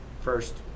first